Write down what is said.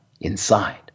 inside